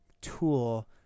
tool